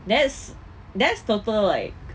that's that's total like